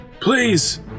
please